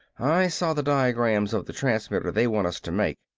i saw the diagrams of the transmitters they want us to make.